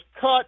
Cut